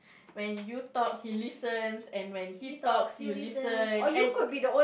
when you talk he listens and when he talks you listen and